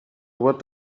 what